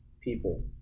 people